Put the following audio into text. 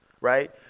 right